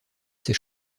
ses